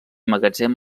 magatzem